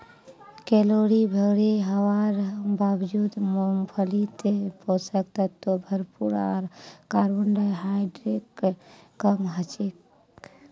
calorie भोरे हवार बावजूद मूंगफलीत पोषक तत्व भरपूर आर कार्बोहाइड्रेट कम हछेक